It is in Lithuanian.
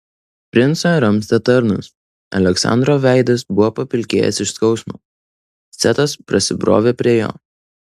princą ramstė tarnas aleksandro veidas buvo papilkėjęs iš skausmo setas prasibrovė prie jo